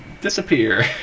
disappear